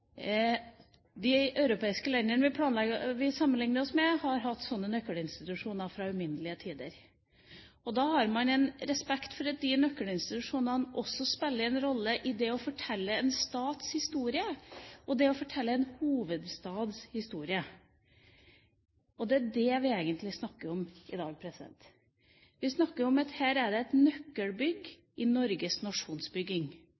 De europeiske landene vi sammenligner oss med, har hatt slike nøkkelinstitusjoner i uminnelige tider. Da har man respekt for at de nøkkelinstitusjonene også spiller en rolle i det å fortelle en stats historie og i det å fortelle en hovedstads historie. Og det er det vi egentlig snakker om i dag. Vi snakker om et nøkkelbygg i Norges nasjonsbygging, et